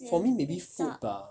for me maybe food bah